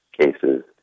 cases